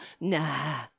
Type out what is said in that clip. nah